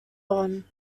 bonn